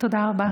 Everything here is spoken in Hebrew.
תודה רבה.